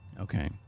Okay